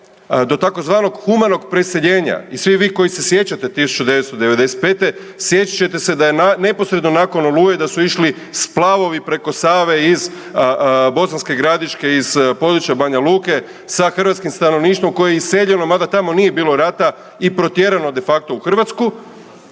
do tzv. humanog preseljenja. I svi vi koji se sjećate 1995. sjećat ćete se da je neposredno nakon Oluje da su išli splavovi preko Save iz Bosanske Gradiške, iz područja Banja Luke sa hrvatskim stanovništvom koje je iseljeno mada tamo nije bilo rata i protjerano de facto u Hrvatsku.